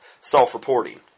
self-reporting